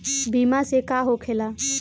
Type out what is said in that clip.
बीमा से का होखेला?